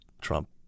Trump